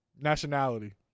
Nationality